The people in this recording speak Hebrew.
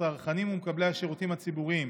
הצרכנים ומקבלי השירותים הציבוריים.